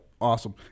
Awesome